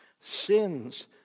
Sins